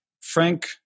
Frank